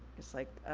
it's like,